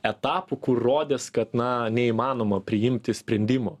etapų kur rodės kad na neįmanoma priimti sprendimo